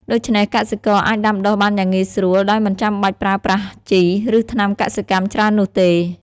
ដូច្នេះកសិករអាចដាំដុះបានយ៉ាងងាយស្រួលដោយមិនចាំបាច់ប្រើប្រាស់ជី ឬថ្នាំកសិកម្មច្រើននោះទេ។